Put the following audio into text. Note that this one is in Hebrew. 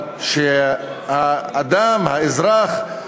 האדם, האזרח,